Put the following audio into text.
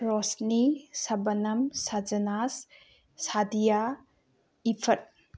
ꯔꯣꯁꯅꯤ ꯁꯕꯅꯝ ꯁꯥꯖꯅꯥꯁ ꯁꯥꯗꯤꯌꯥ ꯏꯐꯔꯠ